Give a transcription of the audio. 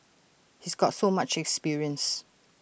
he's got so much experience